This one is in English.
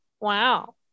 Wow